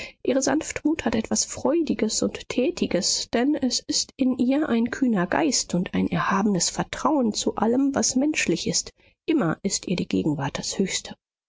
ihre sanftmut hat etwas freudiges und tätiges denn es ist in ihr ein kühner geist und ein erhabenes vertrauen zu allem was menschlich ist immer ist ihr die gegenwart das höchste